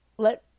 Let